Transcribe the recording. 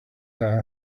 that